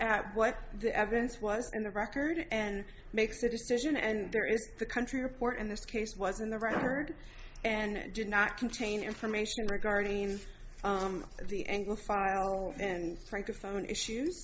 at what the evidence was and the record and makes the decision and there is the country report in this case was in the record and did not contain information regarding the angle file and francophone issues